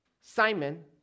Simon